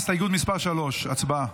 הצבעה על הסתייגות מס' 3. הצבעה.